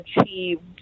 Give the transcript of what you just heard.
achieved